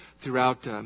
throughout